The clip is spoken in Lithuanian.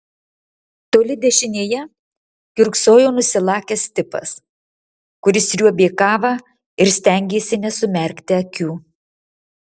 toli dešinėje kiurksojo nusilakęs tipas kuris sriuobė kavą ir stengėsi nesumerkti akių